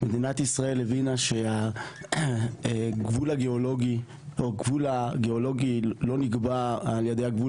מדינת ישראל הבינה שהגבול הגיאולוגי לא נקבע על ידי הגבול